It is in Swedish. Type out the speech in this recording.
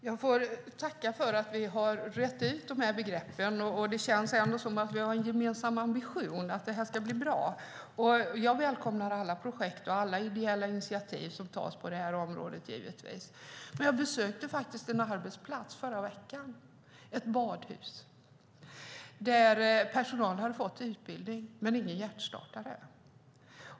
Herr talman! Jag får tacka för att vi har rett ut begreppen. Det känns som om vi har en gemensam ambition att detta ska bli bra. Jag välkomnar givetvis alla projekt och alla ideella initiativ som tas på området. Jag besökte en arbetsplats i förra veckan. Det var ett badhus, där personalen hade fått utbildning men ingen hjärtstartare.